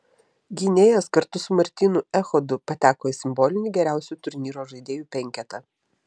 gynėjas kartu su martynu echodu pateko į simbolinį geriausių turnyro žaidėjų penketą